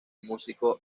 músico